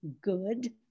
good